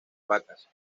vacas